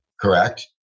correct